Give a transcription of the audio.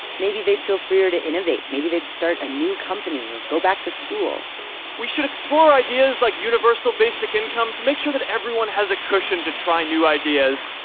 maybe they'd feel freer to innovate. maybe they'd start a new company, or go back to school we should explore ideas like universal basic income to make sure that everyone has a cushion to try new ideas.